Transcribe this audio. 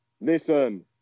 listen